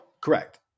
correct